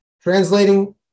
translating